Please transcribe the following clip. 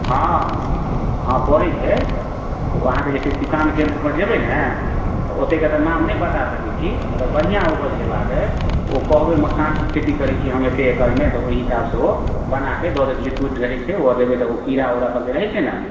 हँ हँ पड़ै छै ओ अहाँ जे छै किसान केन्द्र पर जेबै ने तऽ ओतेक तऽ नाम नहि बता सकैत छी अगर बढ़िआँ उपज लेबाक अइ ओ कहबै मखानके खेती करै छी हम एते एकड़मे तऽ ओहि हिसाब से ओ बनाके दऽ देत लिक्विड रहै छै ओ देबै तऽ ओ कीड़ा ओड़ा सब जे रहै छै ने